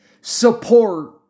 support